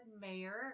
mayor